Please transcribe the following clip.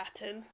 pattern